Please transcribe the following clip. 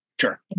Sure